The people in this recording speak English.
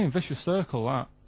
and vicious circle, ah